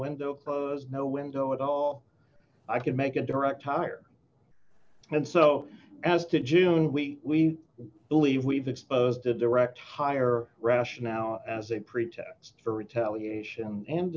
window close no window at all i could make a direct hire and so as to june we believe we've exposed a direct hire rationale as a pretext for retaliation and